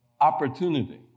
opportunity